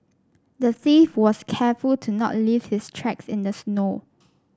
the thief was careful to not leave his tracks in the snow